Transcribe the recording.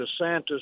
DeSantis